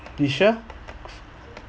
you sure